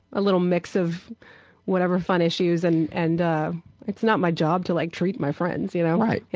a little mix of whatever fun issues and and it's not my job to like treat my friends, you know. right. yeah